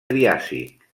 triàsic